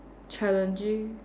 challenging